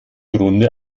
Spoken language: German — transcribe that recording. grunde